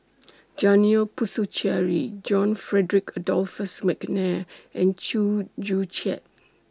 Janil Puthucheary John Frederick Adolphus Mcnair and Chew Joo Chiat